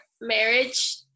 marriage